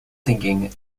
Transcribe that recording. thinking